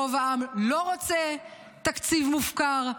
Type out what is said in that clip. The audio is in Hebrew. רוב העם לא רוצה תקציב מופקר,